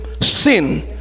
sin